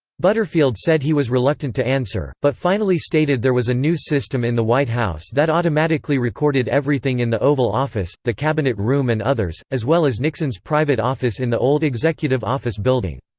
butterfield said he was reluctant to answer, but finally stated there was a new system in the white house that automatically recorded everything in the oval office, the cabinet room and others, as well as nixon's private private office in the old executive office building.